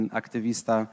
aktywista